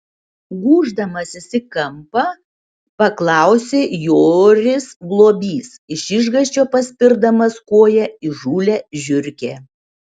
gūždamasis į kampą paklausė joris globys iš išgąsčio paspirdamas koja įžūlią žiurkę